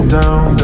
down